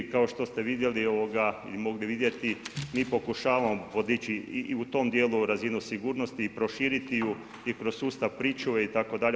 Kao što ste vidjeli i mogli vidjeti, mi pokušavamo podići i u tom dijelu razinu sigurnosti i proširiti ju i kroz sustav pričuve itd.